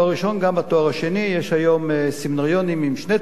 גם בתואר השני יש היום סמינריונים עם שני תלמידים,